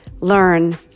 learn